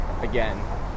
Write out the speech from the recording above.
again